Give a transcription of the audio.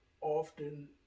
often